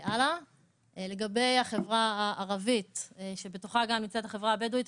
לגבי החברה הערבית שבתוכה גם נמצאת החברה הבדואית,